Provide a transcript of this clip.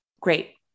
Great